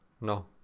No